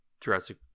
Jurassic